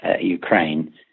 Ukraine